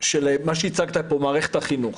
של מה שהצגת במערכת החינוך.